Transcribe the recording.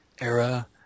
era